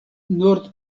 nord